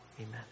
Amen